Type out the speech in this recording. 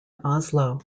oslo